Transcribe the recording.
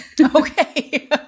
Okay